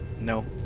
No